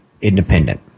independent